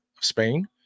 Spain